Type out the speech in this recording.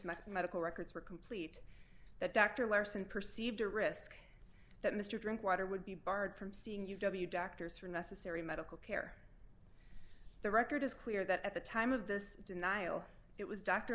math medical records were complete that dr larsen perceived a risk that mr drinkwater would be barred from seeing u w doctors for necessary medical care the record is clear that at the time of this denial it was dr